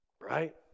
Right